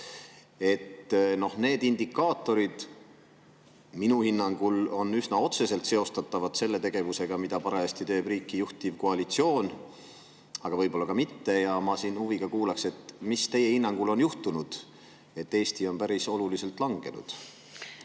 Noh, need indikaatorid on minu hinnangul üsna otseselt seostatavad selle tegevusega, mida parajasti teeb riiki juhtiv koalitsioon, aga võib‑olla ka mitte. Ma huviga kuulaks, mis teie hinnangul on juhtunud, et Eesti [koht edetabelis] on päris oluliselt langenud.